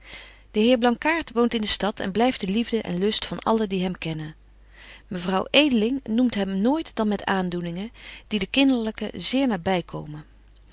de heer blankaart woont in de stad en blyft de liefde en lust van allen die hem kennen mevrouw edeling noemt hem nooit dan met aandoeningen die de kinderlyke zeer naby komen